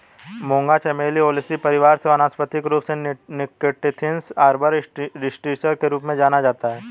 मूंगा चमेली ओलेसी परिवार से वानस्पतिक रूप से निक्टेन्थिस आर्बर ट्रिस्टिस के रूप में जाना जाता है